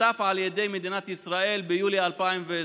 נחטף על ידי מדינת ישראל ביולי 2020,